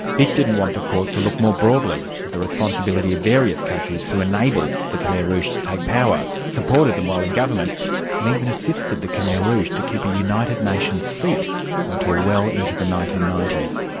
it didn't want the court to look more broadly at the responsibility of various countries who enabled the khmer rouge to take power, supported them while in government and even assisted the khmer rouge to keep a united nations seat until well into the nineteen ninety s.